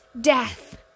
death